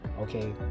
Okay